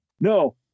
No